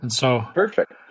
Perfect